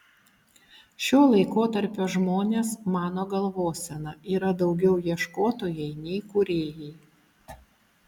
šio laikotarpio žmonės mano galvosena yra daugiau ieškotojai nei kūrėjai